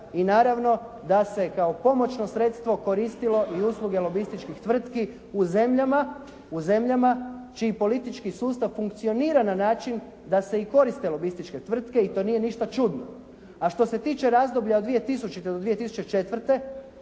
i naravno da se kao pomoćno sredstvo koristilo i usluge lobističkih tvrtki u zemljama čiji politički sustav funkcionira na način da se i koriste lobističke tvrtke i to nije ništa čudno. A što se tiče razdoblja od 2000. do 2004.